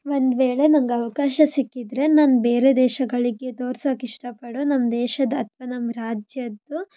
ಒಂದು ವೇಳೆ ನಂಗೆ ಅವಕಾಶ ಸಿಕ್ಕಿದರೆ ನಾನು ಬೇರೆ ದೇಶಗಳಿಗೆ ತೋರ್ಸೋಕ್ಕೆ ಇಷ್ಟಪಡೋ ನಮ್ಮ ದೇಶದ ಅಥವಾ ನಮ್ಮ ರಾಜ್ಯದ್ದು